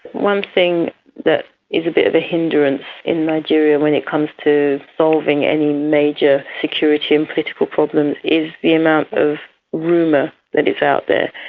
one thing that is a bit of a hindrance in nigeria when it comes to solving any major security and political problems is the amount of rumour that is out there.